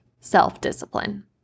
self-discipline